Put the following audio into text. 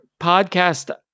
podcast